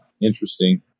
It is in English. Interesting